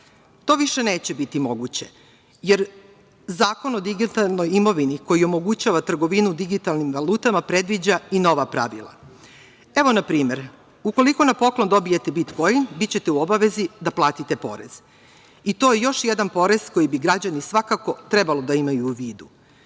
više neće biti moguće jer Zakon o digitalnoj imovini, koji omogućava trgovinu digitalnim valutama, predviđa i nova pravila. Evo na primer – ukoliko na poklon dobijete bitkoin bićete u obavezi da platite porez i to je još jedan porez koji bi građani svakako trebali da imaju u vidu.